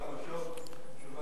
אני